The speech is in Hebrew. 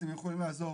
אתם יכולים לעזור.